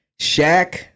Shaq